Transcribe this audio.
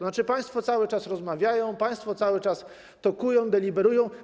Znaczy, państwo cały czas rozmawiają, państwo cały czas tokują, deliberują.